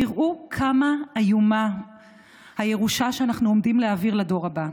תראו כמה איומה הירושה שאנחנו עומדים להעביר לדור הבא: